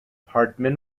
hartman